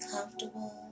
comfortable